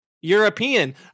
European